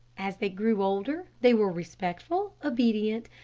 as they grew older, they were respectful, obedient,